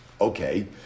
Okay